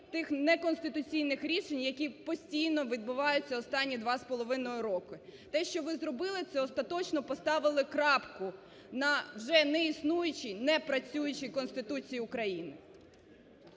тих неконституційних рішень, які постійно відбуваються останні 2,5 роки. Те, що ви зробили, це остаточно поставили крапку на вже неіснуючій, непрацюючій Конституції України.